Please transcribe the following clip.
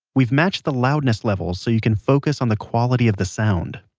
we've matched the loudness level so you can focus on the quality of the sound.